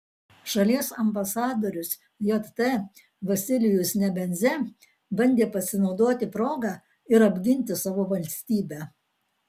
šalies ambasadorius jt vasilijus nebenzia bandė pasinaudoti proga ir apginti savo valstybę